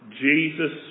Jesus